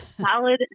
solid